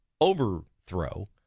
overthrow